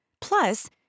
Plus